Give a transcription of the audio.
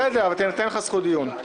בסדר, אבל תינתן לך זכות דיון.